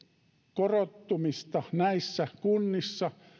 korottumista näissä kunnissa